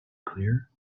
clear